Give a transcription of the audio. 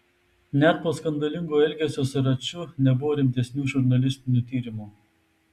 net po skandalingo elgesio su raču nebuvo rimtesnių žurnalistinių tyrimų